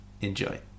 Enjoy